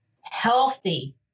healthy